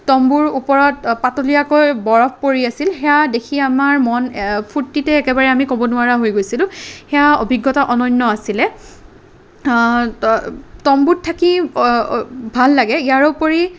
তম্বুৰ ওপৰত পাতলীয়াকৈ বৰফ পৰি আছিল সেয়া দেখি আমাৰ মন ফুৰ্তিতে একেবাৰে আমি ক'ব নোৱাৰা হৈ গৈছিলোঁ সেয়া অভিজ্ঞতা অনন্য আছিলে ত তম্বুত থাকি ভাল লাগে ইয়াৰোপৰি